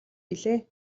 билээ